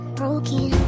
broken